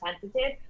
sensitive